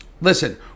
listen